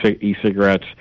e-cigarettes